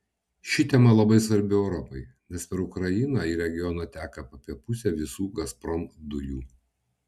ši tema labai svarbi europai nes per ukrainą į regioną teka apie pusę visų gazprom dujų